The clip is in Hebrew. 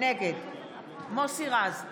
נגד מוסי רז,